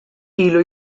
ilu